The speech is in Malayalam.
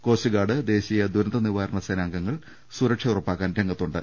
കോസ്റ്ഗാർഡ് ദേശീയ ദുരന്ത നിവാരണ സേനാംഗങ്ങൾ സുരക്ഷ ഉറപ്പാ ക്കാൻ രംഗത്തുണ്ട്